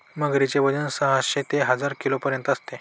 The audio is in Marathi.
मगरीचे वजन साहशे ते हजार किलोपर्यंत असते